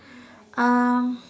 um